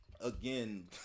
again